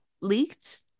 leaked